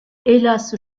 hélas